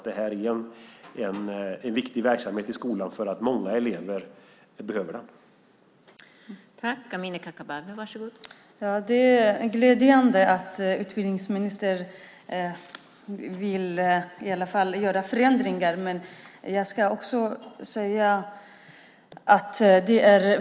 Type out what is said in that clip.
Det här är en viktig verksamhet i skolan därför att många elever behöver den.